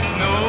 no